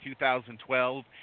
2012